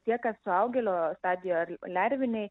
tiek kas suaugėlio stadijoj ar lerviniai